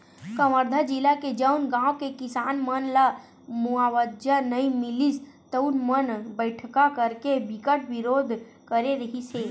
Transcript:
कवर्धा जिला के जउन गाँव के किसान मन ल मुवावजा नइ मिलिस तउन मन बइठका करके बिकट बिरोध करे रिहिस हे